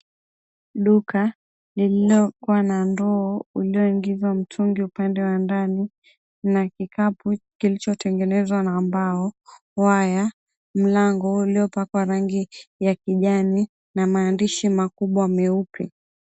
Duka lilikokuwa na ndoo ulioingizwa mtungi upande wa ndani na kikapu kilichotengenezwa na mbao, waya, mlango uliopakwa rangi ya kijani na maandishi makubwa meupe.